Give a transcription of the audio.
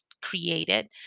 created